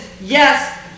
Yes